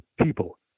people